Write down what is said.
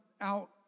out